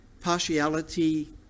partiality